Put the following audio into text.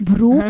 Bro